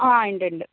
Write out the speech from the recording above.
ആ ഉണ്ട് ഉണ്ട്